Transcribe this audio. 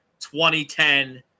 2010